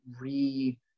re